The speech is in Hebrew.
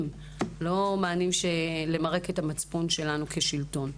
ולא מענים שבאים למרק את המצפון שלנו כשלטון,